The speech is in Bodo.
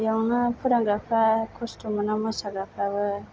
बेयावनो फोरोंग्राफ्रा खस्त' मोनो मोसाग्राफ्राबो